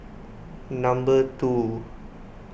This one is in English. number two